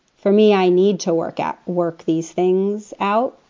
for me, i need to work at work these things out,